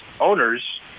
owners